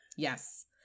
Yes